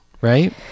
right